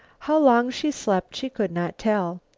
how long she slept she could not tell.